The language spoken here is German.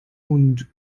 und